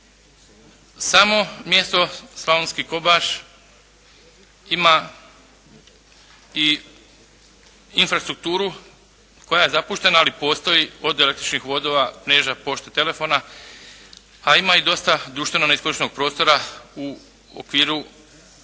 Samo mjesto Slavonski Kobaš ima i infrastrukturu koja je zapuštena ali postoji, od električnih vodova, … /Govornik se ne razumije./ … Pošte, Telekoma. A ima i dosta društveno neiskorištenog prostora u okviru